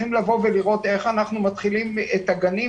צריכים לבוא ולראות איך אנחנו מתחילים לפצות את הגנים,